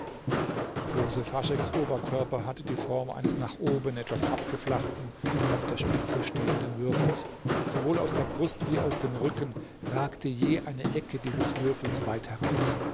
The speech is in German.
josef hascheks oberkörper hatte die form eines nach oben etwas abgeflachten auf der spitze stehenden würfels sowohl aus der brust wie aus dem rücken ragte je eine ecke dieses würfels weit heraus